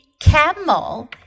camel